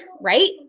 right